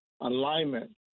alignment